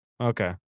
Okay